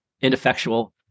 ineffectual